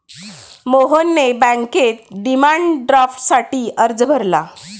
मोहनने बँकेत डिमांड ड्राफ्टसाठी अर्ज भरला